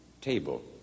table